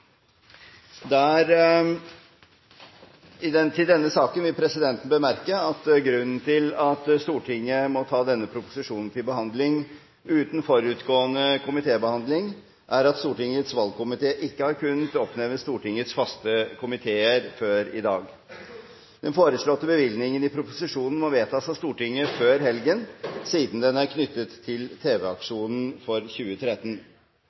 denne saken vil presidenten bemerke at grunnen til at Stortinget må ta denne proposisjonen til behandling uten forutgående komitébehandling, er at Stortingets valgkomité ikke har kunnet oppnevne Stortingets faste komiteer før i dag. Den foreslåtte bevilgningen i proposisjonen må vedtas av Stortinget før helgen, siden den er knyttet til TV-aksjonen for 2013.